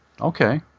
Okay